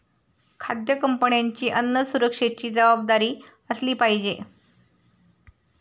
खाद्य कंपन्यांची अन्न सुरक्षेची जबाबदारी असली पाहिजे